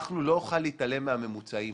לא נוכל להתעלם מהממוצעים.